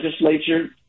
legislature